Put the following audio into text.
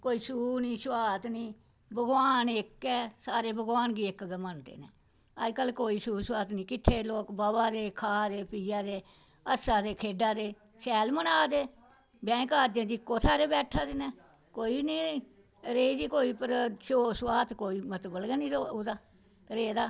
कोई छूह् निं छुआछात निं भगवान इक ऐ सारे भगवान दी इक गै मन्नो मनदे निं अजकल्ल कोई छूह् छात निं इत्थें लोग व'वा दे खाऽ दे पीआ दे हस्सा दे खेढ़ा दे शैल मजा लै दे ब्याह् कारजें च सारे इक्कै जगह बैठा दे न कोई निं रेही दी कोई छूआछात कोई मतलब निं रेहा रेह् दा